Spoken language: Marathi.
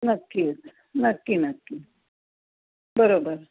नक्कीच नक्की नक्की बरोबर